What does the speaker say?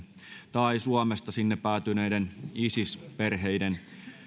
tai suomesta sinne päätyneiden isis perheiden